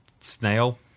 snail